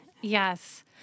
Yes